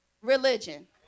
religion